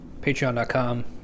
patreon.com